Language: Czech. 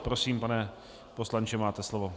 Prosím, pane poslanče, máte slovo.